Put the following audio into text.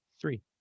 three